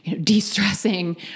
de-stressing